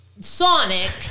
Sonic